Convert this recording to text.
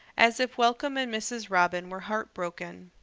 as if welcome and mrs. robin were heartbroken.